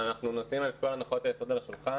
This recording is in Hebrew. אנחנו נשים את הנחות היסוד על השולחן.